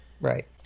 right